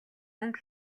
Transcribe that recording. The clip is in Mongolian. мөнгө